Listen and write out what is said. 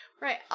Right